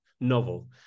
novel